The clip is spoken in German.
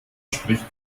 spricht